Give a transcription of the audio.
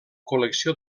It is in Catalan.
col·lecció